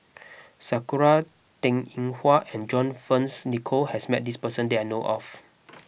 Sakura Teng Ying Hua and John Fearns Nicoll has met this person that I know of